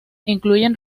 incluyen